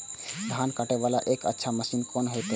धान कटे वाला एक अच्छा मशीन कोन है ते?